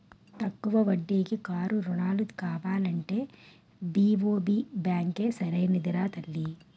తక్కువ వడ్డీకి కారు రుణాలు కావాలంటే బి.ఓ.బి బాంకే సరైనదిరా తల్లీ